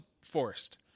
forced